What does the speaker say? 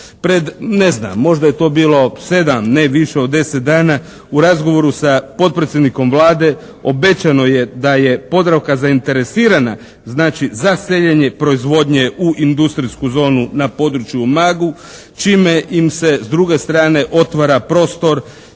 Pred, ne znam, možda je to bilo 7, ne više od 10 dana u razgovoru sa potpredsjednikom Vlade obećano je da je "Podravka" zainteresirana, znači, za seljenje proizvodnje u industrijsku zonu na području u Umagu, čime im se s druge strane otvara prostor